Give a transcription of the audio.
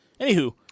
anywho